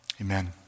Amen